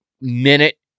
minute